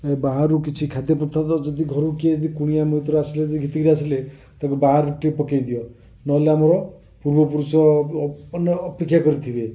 ଏ ବାହାରୁ କିଛି ଖାଦ୍ୟ ପଦାର୍ଥ ଯଦି ଘରକୁ କିଏ ଯଦି କୁଣିଆ ମଇତ୍ର ଆସିଲେ ଯଦି ଘିତିକି ଆସିଲେ ତେବେ ବାହାରେ ଟିକେ ପକାଇଦିଅ ନହେଲେ ଆମର ପୂର୍ବ ପୁରୁଷ ଅପେକ୍ଷା କରିଥିବେ